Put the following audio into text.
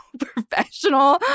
professional